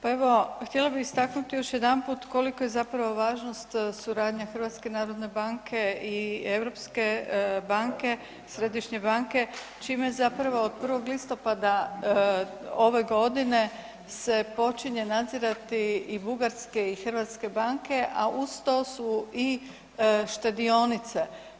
Pa evo, htjela bi istaknuti još jedanput koliko je zapravo važnost suradnje HNB-a i Europske banke, središnje banke, čime zapravo od 1. listopada ove godine se počinje nadzirati i bugarske i hrvatske banke, a uz to su i štedionice.